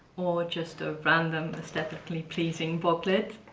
or just a random aesthetically pleasing booklet.